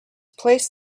placed